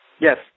Yes